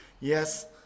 Yes